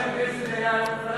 שבמזנון של הכנסת היה היום פלאפל?